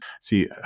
see